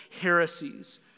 heresies